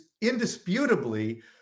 indisputably